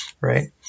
right